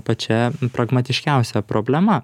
pačia pragmatiškiausia problema